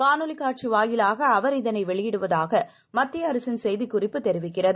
காணொலிகாட்சிவாயிலாகஅவர் இதனைவெளியிடுவதாகமத்தியஅரசின் செய்திக்குறிப்பு தெரிவிக்கிறது